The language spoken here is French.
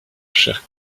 cher